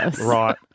Right